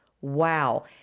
Wow